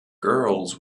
girls